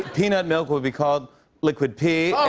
peanut milk will be called liquid pea.